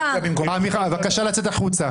בבקשה לצאת החוצה.